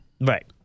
Right